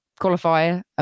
qualifier